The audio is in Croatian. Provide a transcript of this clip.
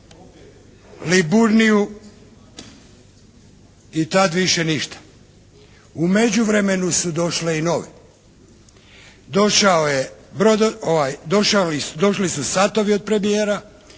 "Liburniju" i tad više ništa. U međuvremenu su došle i nove. Došli su satovi od premijera,